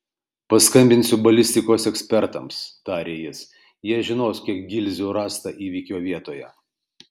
paskambinsiu balistikos ekspertams tarė jis jie žinos kiek gilzių rasta įvykio vietoje